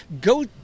Go